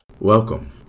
Welcome